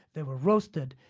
they were roasted,